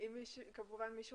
זאת